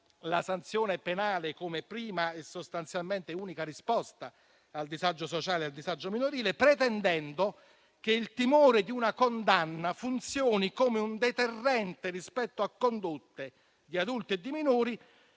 la sanzione penale come prima e sostanzialmente unica risposta al disagio sociale e al disagio minorile, pretendendo che il timore di una condanna funzioni come un deterrente rispetto a condotte di adulti e di minori